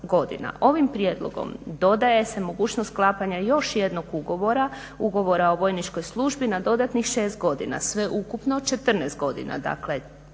Ovim prijedlogom dodaje se mogućnost sklapanja još jednog ugovora, ugovora o vojničkoj službi na dodatnih 6 godina, sveukupno 14 godina,